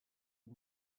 and